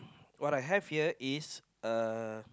what I have here is a